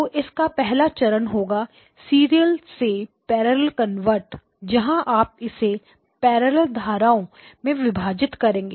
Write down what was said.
तो इसका पहला चरण होगा सीरियल से पैरेलल कनवर्टर जहां आप इसे पैरेलल धाराओं में विभाजित करेंगे